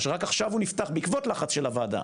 או שרק עכשיו הוא נפתח בעקבות לחץ של הוועדה,